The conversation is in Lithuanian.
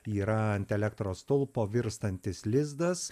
yra ant elektros stulpo virstantis lizdas